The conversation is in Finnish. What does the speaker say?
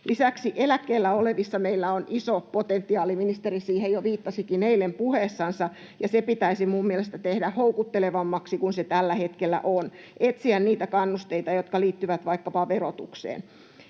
Lisäksi eläkkeellä olevissa meillä on iso potentiaali — ministeri siihen jo viittasikin eilen puheessansa — ja se pitäisi minun mielestäni tehdä houkuttelevammaksi kuin se tällä hetkellä on, etsiä niitä kannusteita, jotka liittyvät vaikkapa verotukseen.